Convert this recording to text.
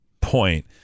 point